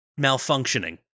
malfunctioning